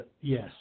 Yes